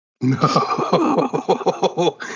No